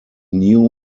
new